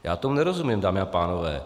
Já tomu nerozumím, dámy a pánové.